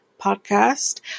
Podcast